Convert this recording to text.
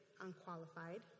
unqualified